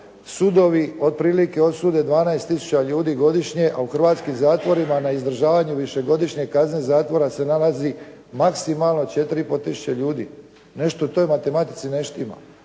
sudovi otprilike osude 12 tisuća ljudi godišnje, a u hrvatskim zatvorima na izdržavanju višegodišnje kazne zatvora se nalazi maksimalno 4,5 tisuće ljudi. Nešto u toj matematici ne štima.